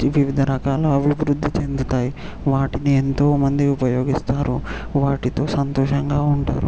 వివిధ రకాల అభివృద్ధి చెందుతాయి వాటిని ఎంతో మంది ఉపయోగిస్తారు వాటితో సంతోషంగా ఉంటారు